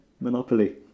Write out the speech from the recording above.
Monopoly